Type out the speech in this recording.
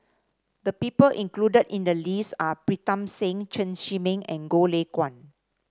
the people included in the list are Pritam Singh Chen Zhiming and Goh Lay Kuan